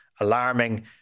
alarming